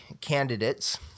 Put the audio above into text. candidates